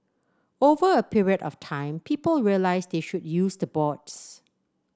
over a period of time people realise they should use the boards